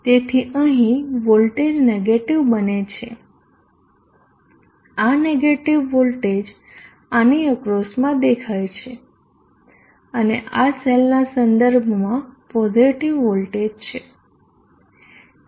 તેથી અહીં voltage negative બને છે આ નેગેટીવ વોલ્ટેજ આની અક્રોસમાં દેખાય છે અને આ સેલ ના સંદર્ભમાં પોઝીટીવ વોલ્ટેજ છે